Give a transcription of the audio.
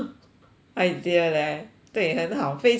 idea leh 对很好非常好